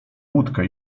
łódkę